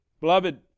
Beloved